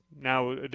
now